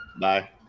bye